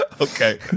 Okay